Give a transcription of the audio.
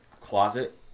closet